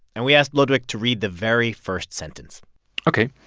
and we asked ludwijk to read the very first sentence ok.